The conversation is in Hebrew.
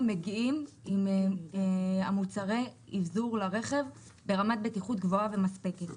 מגיעים עם מוצרי אבזור לרכב ברמת בטיחות גבוהה ומספקת.